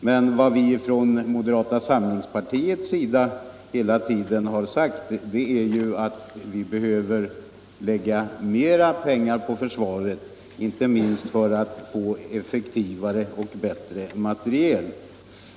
Men vad vi från moderata samlingspartiets sida hela tiden har sagt är att vi behöver lägga mer pengar på försvaret, inte minst för att få effektivare och bättre materiel.